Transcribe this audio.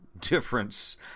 difference